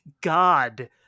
God